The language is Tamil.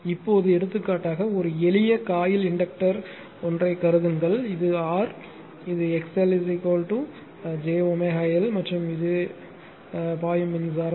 இப்போது எடுத்துக்காட்டாக ஒரு எளிய காயில் இன்டக்டர் என்று கருதுங்கள் இது R இது XL XL JL ω மற்றும் இது இதில் பாயும் மின்சாரம்